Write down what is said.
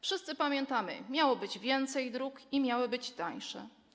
Wszyscy pamiętamy, że miało być więcej dróg i miały być tańsze.